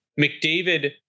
McDavid